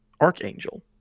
Archangel